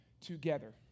together